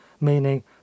meaning